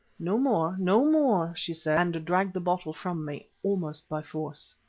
no more! no more! she said, and dragged the bottle from me almost by force.